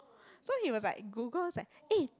so he was like Google's like eh